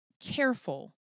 careful